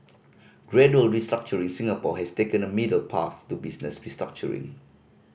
gradual restructuring Singapore has taken a middle path to business restructuring